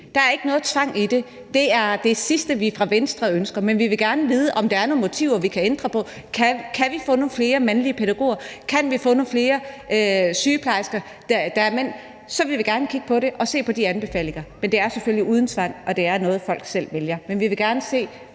Der er ikke nogen tvang i det. Det er det sidste, vi ønsker fra Venstres side. Men vi vil gerne vide, om der er nogle motiver, vi kan ændre på. Kan vi få nogle flere mandlige pædagoger? Kan vi få nogle flere sygeplejersker, der er mænd, så vil vi gerne kigge på det og se på de anbefalinger. Men det er selvfølgelig uden tvang, og det er noget, folk selv vælger. Men vi vil gerne se,